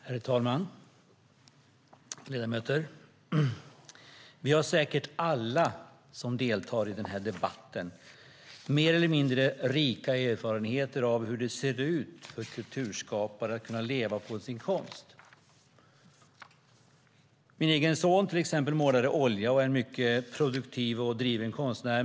Herr talman! Ledamöter! Vi har säkert alla som deltar i den här debatten mer eller mindre rika erfarenheter av hur det ser ut för kulturskapare att kunna leva på sin konst. Min egen son till exempel målar i olja och är en mycket produktiv och driven konstnär.